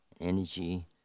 energy